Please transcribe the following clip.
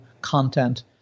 content